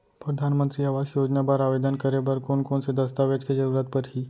परधानमंतरी आवास योजना बर आवेदन करे बर कोन कोन से दस्तावेज के जरूरत परही?